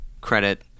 credit